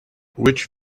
which